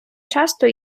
часто